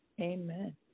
Amen